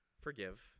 forgive